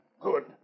good